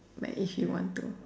like if you want to